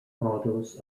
models